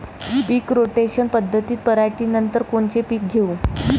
पीक rotation पद्धतीत पराटीनंतर कोनचे पीक घेऊ?